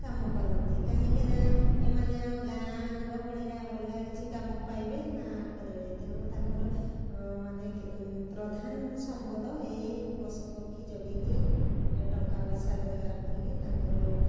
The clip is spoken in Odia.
କାମ କରନ୍ତି କାହିଁକିନା ଏମାନେ ଆଉ ଗାଁ ଗହଳିରେ ଆଉ ଅଲଗା କିଛି କାମ ପାଇବେ ନା କରିବେ ତେଣୁ ତାଙ୍କର ଅନେକ ପ୍ରଧାନ ସମ୍ପଦ ଏଇ ପଶୁ ପକ୍ଷୀ ଜଗିକି ଟଙ୍କା ପଇସା ରୋଜଗାର କରିକି ତାଙ୍କର